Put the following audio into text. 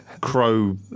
crow